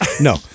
no